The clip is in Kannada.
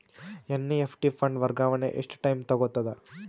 ಎನ್.ಇ.ಎಫ್.ಟಿ ಫಂಡ್ ವರ್ಗಾವಣೆ ಎಷ್ಟ ಟೈಮ್ ತೋಗೊತದ?